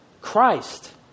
Christ